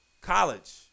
college